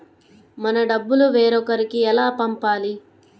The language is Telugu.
మన డబ్బులు వేరొకరికి ఎలా పంపాలి?